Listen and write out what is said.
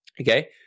okay